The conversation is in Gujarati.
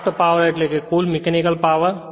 શાફ્ટ પાવર એટલે કુલ મિકેનિકલ પાવર